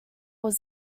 was